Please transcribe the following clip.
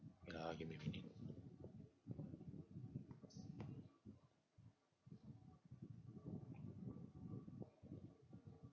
god give me